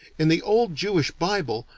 in the old jewish bible,